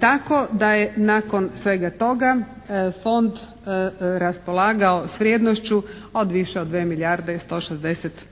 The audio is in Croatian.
Tako da je nakon svega toga Fond raspolagao s vrijednošću od više od dvije milijarde i